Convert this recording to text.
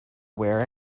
wear